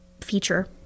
feature